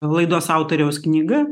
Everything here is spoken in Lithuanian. laidos autoriaus knyga